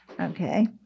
Okay